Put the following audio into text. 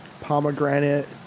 pomegranate